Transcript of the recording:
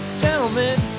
Gentlemen